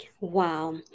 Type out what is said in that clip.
Wow